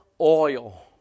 oil